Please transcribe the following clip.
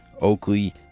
Oakley